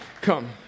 come